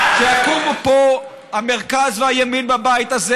שיקומו פה המרכז והימין בבית הזה